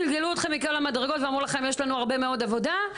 גלגלו אתכם מכול המדרגות ואמרו לכם: יש לנו הרבה מאוד עבודה.